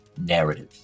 narrative